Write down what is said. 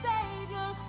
Savior